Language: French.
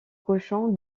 cochon